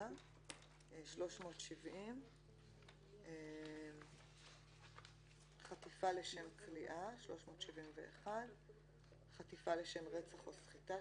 המדינה"; 371. "חטיפה לשם כליאה"; 372. חטיפה לשם רצח או סחיטה,